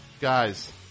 Guys